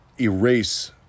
erase